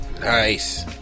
Nice